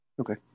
Okay